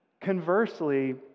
Conversely